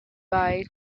bye